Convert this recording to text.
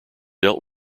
dealt